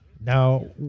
Now